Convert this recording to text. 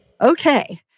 Okay